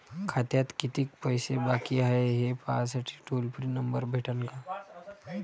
खात्यात कितीकं पैसे बाकी हाय, हे पाहासाठी टोल फ्री नंबर भेटन का?